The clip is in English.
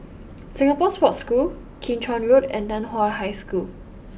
Singapore Sports School Kim Chuan Road and Nan Hua High School